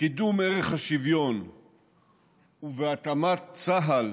בקידום ערך השוויון ובהתאמת צה"ל